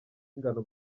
ingano